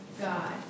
God